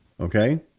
okay